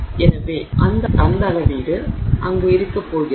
எனவே அந்த அளவீட்டு அங்கு இருக்கப் போகிறது